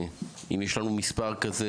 אם יש לנו מספר כזה